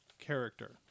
character